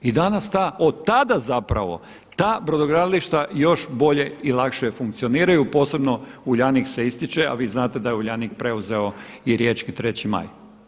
I od tada zapravo ta brodogradilišta još bolje i lakše funkcioniraju posebno Uljanik se ističe, a vi znate je Uljanik preuzeo i riječki 3. maj.